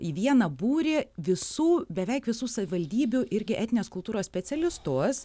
į vieną būrį visų beveik visų savivaldybių irgi etninės kultūros specialistus